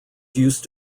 used